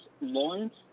Lawrence